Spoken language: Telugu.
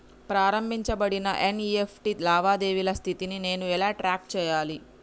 ప్రారంభించబడిన ఎన్.ఇ.ఎఫ్.టి లావాదేవీల స్థితిని నేను ఎలా ట్రాక్ చేయాలి?